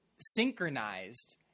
synchronized